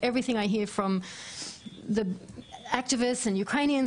כל מה שאני שומעת מפעילים מאוקראינים